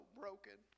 broken